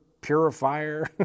purifier